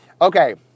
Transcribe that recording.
Okay